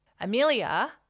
Amelia